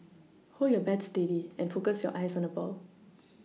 hold your bat steady and focus your eyes on the ball